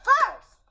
First